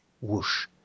whoosh